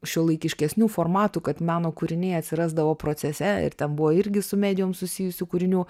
šiuolaikiškesnių formatų kad meno kūriniai atsirasdavo procese ir ten buvo irgi su medijom susijusių kūrinių